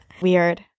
Weird